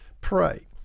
pray